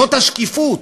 זאת השקיפות.